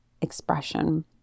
expression